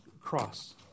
cross